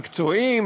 מקצועי,